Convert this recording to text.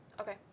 Okay